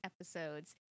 episodes